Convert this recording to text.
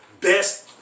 best